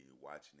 watching